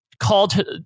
called